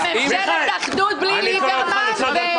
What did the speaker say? חברי הכנסת הנכבדים, חברי